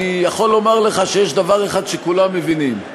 אני יכול לומר לך שיש דבר אחד שכולם מבינים: